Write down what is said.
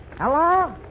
Hello